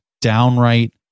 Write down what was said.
downright